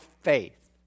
faith